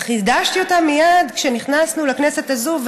וחידשתי אותה מייד כשנכנסנו לכנסת הזאת,